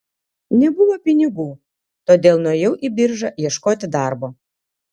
nebuvo pinigų todėl nuėjau į biržą ieškoti darbo